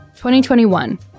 2021